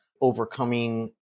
overcoming